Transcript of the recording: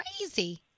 crazy